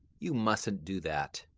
you mustn't do that.